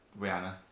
Rihanna